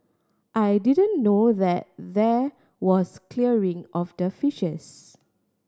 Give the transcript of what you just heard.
I didn't know that there was clearing of the fishes